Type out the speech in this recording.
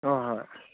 ꯍꯣꯏ ꯍꯣꯏ